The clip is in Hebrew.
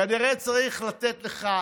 כנראה צריך לתת לך